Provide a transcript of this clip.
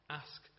ask